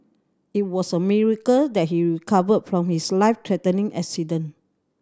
it was a miracle that he recovered from his life threatening accident